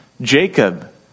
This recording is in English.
Jacob